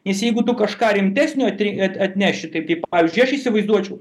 jis jeigu tu kažką rimtesnio atrin at at atneši taip kaip pavyzdžiui aš įsivaizduočiau